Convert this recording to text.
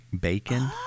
bacon